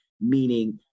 meaning